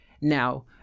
Now